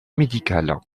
médicale